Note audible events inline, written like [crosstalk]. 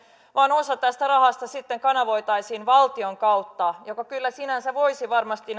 vaan osa tästä rahasta sitten kanavoitaisiin valtion kautta joka kyllä sinänsä voisi varmasti [unintelligible]